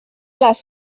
les